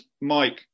Mike